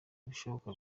ibishoboka